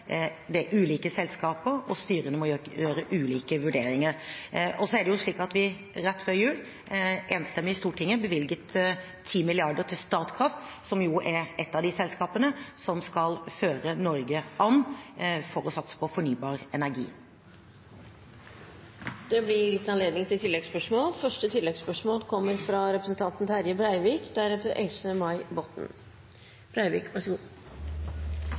Det er ulike selskaper, og styrene må gjøre ulike vurderinger. Rett før jul bevilget vi enstemmig i Stortinget 10 mrd. kr til Statkraft, som er ett av de selskapene som skal lede an i Norge når det gjelder å satse på fornybar energi. Det blir gitt anledning til